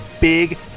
big